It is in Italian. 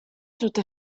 tutte